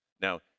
now